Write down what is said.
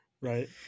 right